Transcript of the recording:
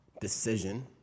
decision